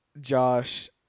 josh